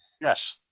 Yes